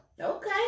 Okay